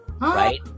Right